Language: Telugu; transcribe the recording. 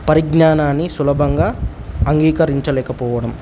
పరిజ్ఞానాన్ని సులభంగా అంగీకరించలేకపోవడం